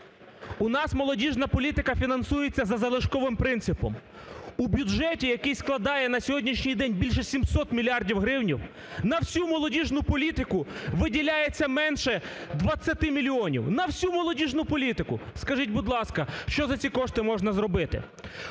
У нас молодіжна політика фінансується за залишковим принципом. У бюджеті, який складає на сьогоднішній день більше 700 мільярдів гривень, на всю молодіжну політику виділяється менше 20 мільйонів, на всю молодіжну політику. Скажіть, будь ласка, що за ці кошти можна зробити?